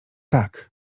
tak